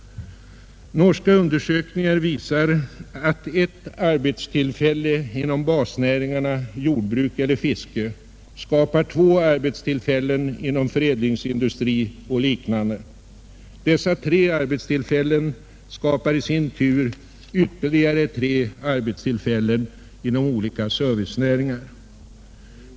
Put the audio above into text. Norska undersökningar visar att ett arbetstillfälle inom basnäringarna jordbruk eller fiske skapar två arbetstillfällen inom förädlingsindustri och liknande. Dessa tre arbetstillfällen skapar i sin tur ytterligare tre arbetstillfällen inom olika servicenäringar.